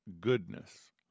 goodness